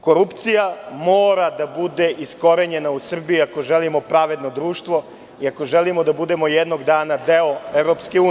Korupcija mora da bude iskorenjena u Srbiji ako želimo pravedno društvo i ako želimo da budemo jednog dana deo EU.